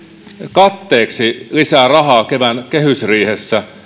katteeksi lisää rahaa kevään kehysriihessä